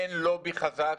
אין לובי חזק